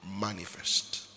manifest